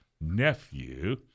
nephew